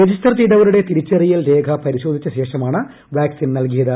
register ചെയ്തവരുടെ തിരിച്ചറിയൽ രേഖ പരിശോധിച്ചശേഷമാണ് വാക്സിൻ ന്ൽകിയത്